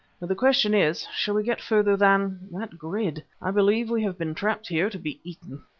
but the question is, shall we get further than that grid? i believe we have been trapped here to be eaten.